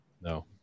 No